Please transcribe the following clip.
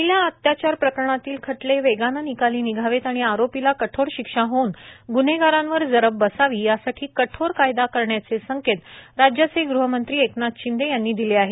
महिला अत्याचार प्रकरणातले खटले वेगानं निकाली निघावेत आणि आरोपीला कठोर शिक्षा होऊन गुन्हेगारांवर जरब बसावी यासाठी कठोर कायदा करण्याचे संकेत राज्याचे गहमंत्री एकनाथ शिंदे यांनी दिले आहेत